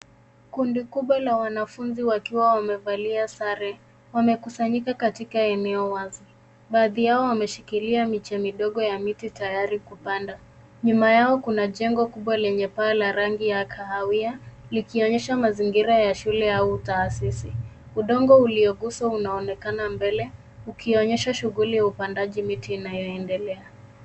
Kundi kubwa la wanafunzi wakiwa wamevalia sare wamekusanyika katika eneo wazi . Baadhi yao wamevalia miche midogo ya miti tayari kupandwa. Nyuma yao kuna jengo kubwa lenye paa la rangi ya kahawia likionyesha mazingira ya shule au taasisi . Udongo ulioguswa unaonekana mbele ukionyesha shughuli ya upandaji miti unaoendelea.